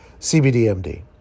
CBDMD